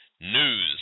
News